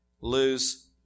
lose